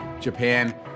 Japan